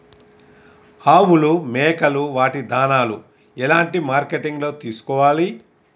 ఆవులు మేకలు వాటి దాణాలు ఎలాంటి మార్కెటింగ్ లో తీసుకోవాలి?